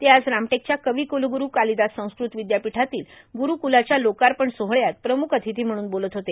ते आज रामटेकच्या कविकुलगुरू कालिदास संस्कृत विद्यापीठातील गुरूकुलाच्या लोकार्पण सोहळ्यात प्रमुख अतिथी म्हणून बोलत होते